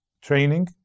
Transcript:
training